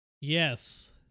Yes